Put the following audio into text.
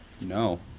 No